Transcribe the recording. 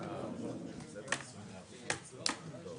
מזון לאסירים ותרופות לאסירים בעיקר.